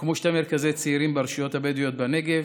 הוקמו שני מרכזי צעירים ברשויות הבדואיות בנגב,